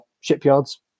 shipyards